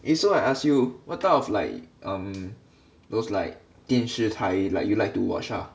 eh so I ask you what type of like um those like 电视台 like you like to watch ah